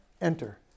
enter